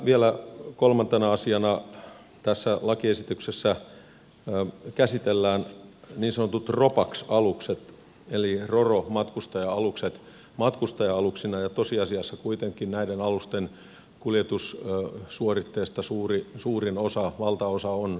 vielä kolmantena asiana tässä lakiesityksessä käsitellään niin sanotut ropax alukset eli ro ro matkustaja alukset matkustaja aluksina ja tosiasiassa kuitenkin näiden alusten kuljetussuoritteesta suurin osa valtaosa on rahtia